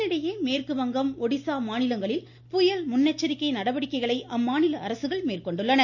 இதனிடையே மேற்கு வங்கம் ஒடிசா மாநிலங்களில் புயல் முன்னெச்சரிக்கை நடவடிக்கைகளை அம்மாநில அரசுகள் மேற்கொண்டுள்ளன